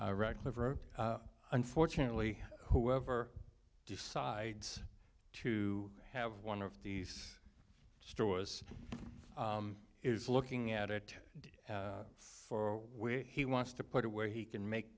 right live or unfortunately whoever decides to have one of these stores is looking at it for where he wants to put it where he can make